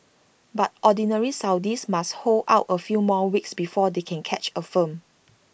but Ordinary Saudis must hold out A few more weeks before they can catch A film